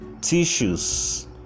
tissues